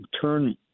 turn